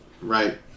Right